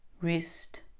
wrist